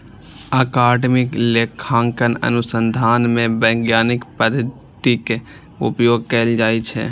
अकादमिक लेखांकन अनुसंधान मे वैज्ञानिक पद्धतिक उपयोग कैल जाइ छै